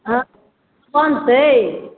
हॅं बनतै